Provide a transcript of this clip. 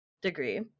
degree